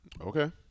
Okay